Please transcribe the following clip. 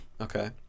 Okay